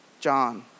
John